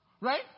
Right